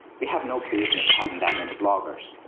we have no business having that many bloggers.